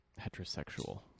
heterosexual